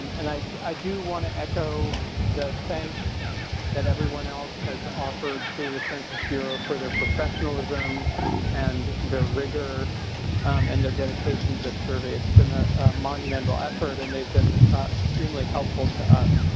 um and i i do want to echo the thanks that everyone else has offered to the census bureau for their professionalism and their rigor and their dedication to this survey. it's been a monumental effort and they've been extremely helpful to us.